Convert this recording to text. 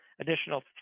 additional